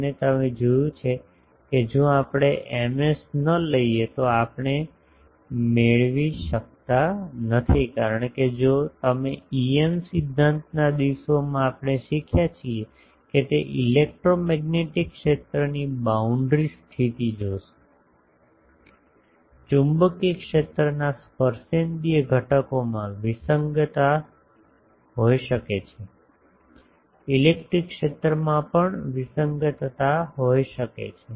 અને તમે જોયું કે જો આપણે Ms ન લઈએ તો આપણે મેળવી શકતા નથી કારણ કે જો તમે EM સિદ્ધાંતના દિવસોમાં આપણે શીખ્યા છે તે ઇલેક્ટ્રોમેગ્નેટિક ક્ષેત્રની બાઉન્ડ્રી સ્થિતિ જોશો ચુંબકીય ક્ષેત્રના સ્પર્શેન્દ્રિય ઘટકમાં વિસંગતતા હોઈ શકે છે ઇલેક્ટ્રિક ક્ષેત્રમાં પણ વિસંગતતા હોઈ શકે છે